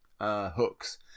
hooks